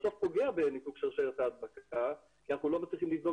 בסוף פוגע בניתוק שרשרת ההדבקה כי אנחנו לא מצליחים לבדוק